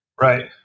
Right